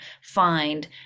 find